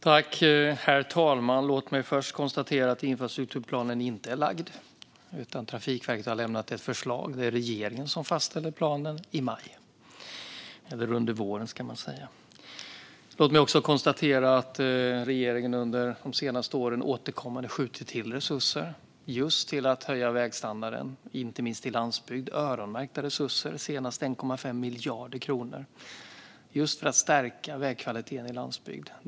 Herr talman! Låt mig först konstatera att infrastrukturplanen inte har lagts fram, utan Trafikverket har lämnat ett förslag. Det är regeringen som fastställer planen i maj eller under våren. Låt mig också konstatera att regeringen under de senaste åren återkommande har skjutit till resurser till att höja vägstandarden, inte minst på landsbygden. Det är öronmärkta resurser, senast 1,5 miljarder kronor, för att stärka vägkvaliteten på landsbygden.